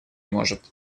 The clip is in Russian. может